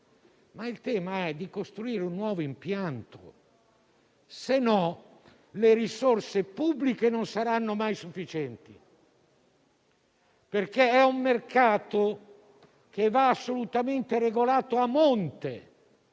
è quello di costruire un nuovo impianto, altrimenti le risorse pubbliche non saranno mai sufficienti. È un mercato che va assolutamente regolato a monte,